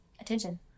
attention